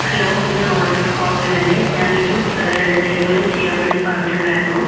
hello ഇത് Rolex ഹോട്ടലല്ലേ ഞാനൊരു ഡെലിവറി ചെയ്യാൻ വേണ്ടി പറഞ്ഞിട്ടുണ്ടായിരുന്നു